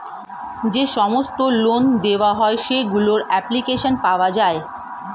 যে সমস্ত লোন দেওয়া হয় সেগুলোর অ্যাপ্লিকেশন পাওয়া যায়